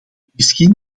misschien